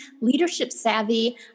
leadership-savvy